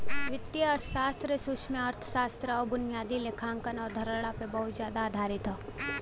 वित्तीय अर्थशास्त्र सूक्ष्मअर्थशास्त्र आउर बुनियादी लेखांकन अवधारणा पे बहुत जादा आधारित हौ